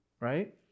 Right